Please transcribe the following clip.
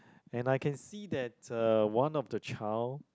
and I can see that uh one of the child